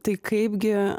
tai kaipgi